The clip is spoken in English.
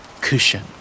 Cushion